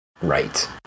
right